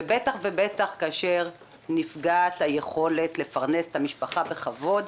ובטח ובטח כאשר נפגעת היכולת לפרנס את המשפחה בכבוד.